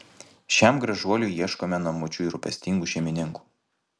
šiam gražuoliui ieškome namučių ir rūpestingų šeimininkų